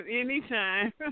Anytime